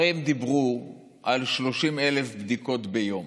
הרי הם דיברו על 30,000 בדיקות ביום,